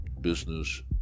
business